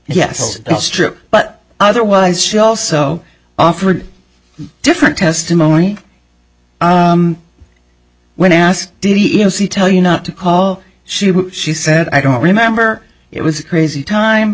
yes that's true but otherwise she also offered different testimony when asked did he even see tell you not to call she she said i don't remember it was a crazy time